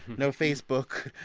no facebook,